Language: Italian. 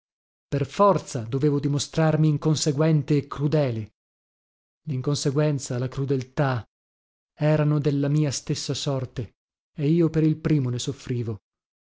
per forza dovevo dimostrarmi inconseguente e crudele linconseguenza la crudeltà erano della mia stessa sorte e io per il primo ne soffrivo